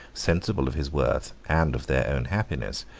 sensible of his worth, and of their own happiness,